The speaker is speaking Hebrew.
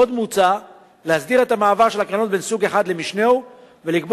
עוד מוצע להסדיר את המעבר של הקרנות בין סוג אחד למשנהו ולקבוע